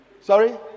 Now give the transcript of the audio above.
Sorry